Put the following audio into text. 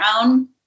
own